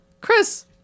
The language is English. Chris